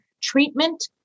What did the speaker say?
treatment